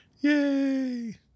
Yay